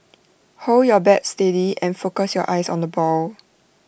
hold your bat steady and focus your eyes on the ball